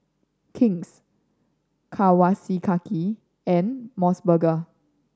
King's Kawasaki and Mos Burger